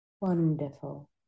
Wonderful